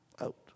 out